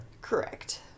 Correct